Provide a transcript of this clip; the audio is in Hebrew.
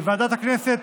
בוועדת הכספים,